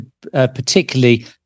particularly